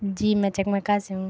جی میں چکمکہ سے ہوں